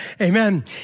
Amen